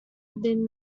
within